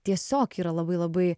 tiesiog yra labai labai